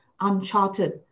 Uncharted